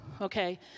okay